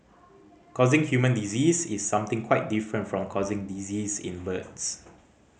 causing human disease is something quite different from causing disease in birds